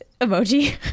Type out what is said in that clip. emoji